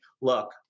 look